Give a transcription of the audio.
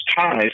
ties